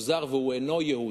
הוא זר והוא אינו יהודי,